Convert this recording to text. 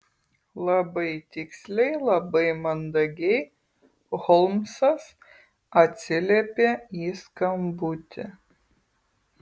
labai tiksliai labai mandagiai holmsas atsiliepė į skambutį